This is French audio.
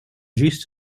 juste